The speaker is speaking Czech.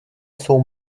jsou